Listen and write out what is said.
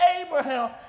Abraham